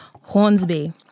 Hornsby